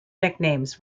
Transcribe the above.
nicknames